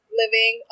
living